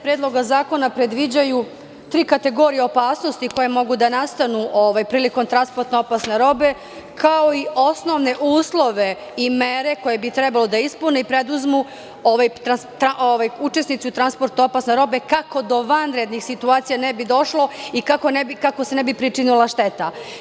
Predloga zakona predviđaju tri kategorije opasnosti koje mogu da nastanu prilikom transporta opasne robe, kao i osnovne uslove i mere koje bi trebalo da ispune i preduzmu ovi učesnici u transportu opasne robe, kako do vanrednih situacija ne bi došlo i kako se ne bi pričinila šteta.